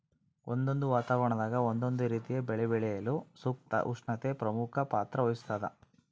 ಒಂದೊಂದು ವಾತಾವರಣದಾಗ ಒಂದೊಂದು ರೀತಿಯ ಬೆಳೆ ಬೆಳೆಯಲು ಸೂಕ್ತ ಉಷ್ಣತೆ ಪ್ರಮುಖ ಪಾತ್ರ ವಹಿಸ್ತಾದ